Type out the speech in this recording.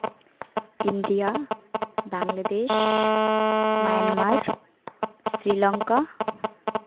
India Bangladesh Myanmar Sri Lanka